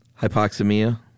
Hypoxemia